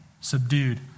subdued